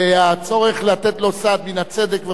והצורך לתת לו סעד מן הצדק וכו'